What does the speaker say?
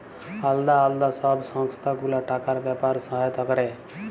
আলদা আলদা সব সংস্থা গুলা টাকার ব্যাপারে সহায়তা ক্যরে